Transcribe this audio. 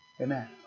Amen